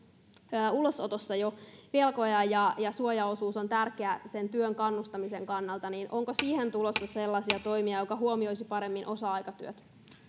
jo velkoja ulosotossa ja suojaosuus on tärkeä sen työhön kannustamisen kannalta niin onko siihen tulossa sellaisia toimia jotka huomioisivat paremmin osa aikatyötä